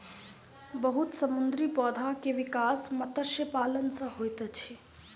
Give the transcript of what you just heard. बहुत समुद्री पौधा के विकास मत्स्य पालन सॅ होइत अछि